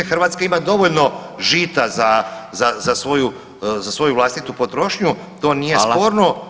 Hrvatska ima dovoljno žita za svoju vlastitu potrošnju, to nije sporno.